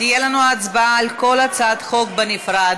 תהיה לנו הצבעה על כל הצעת חוק בנפרד.